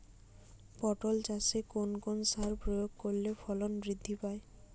পটল চাষে কোন কোন সার প্রয়োগ করলে ফলন বৃদ্ধি পায়?